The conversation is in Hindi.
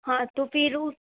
हाँ तो फिर